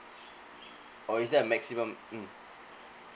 or is that a maximum mm